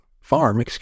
farm